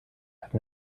have